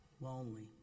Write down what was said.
lonely